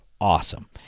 awesome